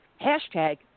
hashtag